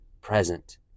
present